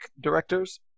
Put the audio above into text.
directors